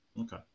Okay